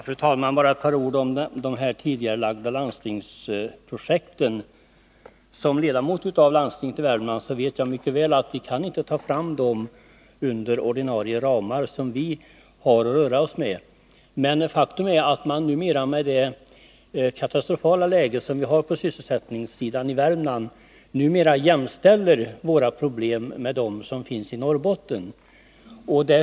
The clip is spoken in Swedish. Fru talman! Bara ett par ord om de tidigarelagda landstingsprojekten. Som ledamot av landstinget i Värmland vet jag mycket väl att vi inte kan ta fram dem inom de ordinarie ramar som vi har att röra oss med. Men faktum är att man på grund av det katastrofala läge vi har när det gäller sysselsättningen i Värmland numera jämställer våra problem med dem som finns i Norrbotten.